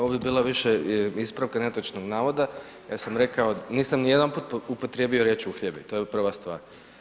Ovo bi bila više ispravka netočnog navoda, ja sam rekao, nisam ni jedanput upotrijebio riječ uhljebi to je prva stvar.